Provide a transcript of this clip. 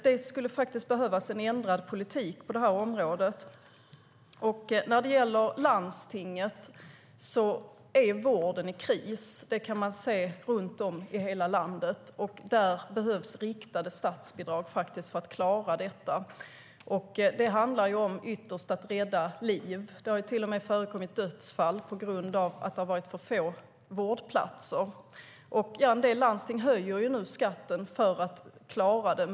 Det skulle behövas en ändrad politik på området. När det gäller landstingen är vården i kris. Det kan man se runt om i hela landet. Det behövs riktade statsbidrag för att klara detta. Det handlar ytterst om att rädda liv. Det har till och med förekommit dödsfall på grund av att det har varit för få vårdplatser. En del landsting höjer nu skatten för att klara det.